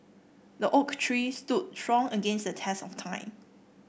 the oak tree stood strong against the test of time